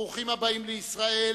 ברוכים הבאים לישראל